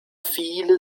viele